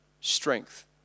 strength